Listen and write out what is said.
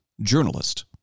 journalist